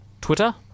Twitter